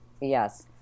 yes